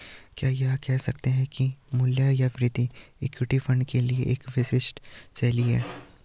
क्या यह कह सकते हैं कि मूल्य या वृद्धि इक्विटी फंड के लिए एक विशिष्ट शैली है?